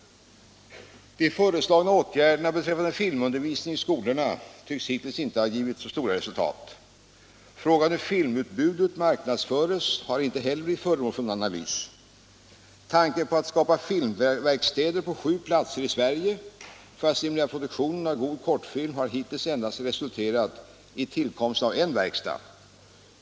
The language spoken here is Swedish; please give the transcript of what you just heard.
De föreslagna åtgärderna beträffande filmundervisningen i skolorna tycks hittills inte ha givit så stora resultat. Den intressanta frågan hur filmutbudet marknadsförs har inte heller blivit föremål för någon analys. Filmens påverkan på sin publik är också en mycket angelägen fråga. Tanken på att skapa filmverkstäder på sju platser i Sverige — för att stimulera produktionen av god kortfilm — har hittills endast resulterat i tillkomsten av en s.k. work-shop.